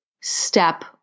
step